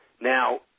Now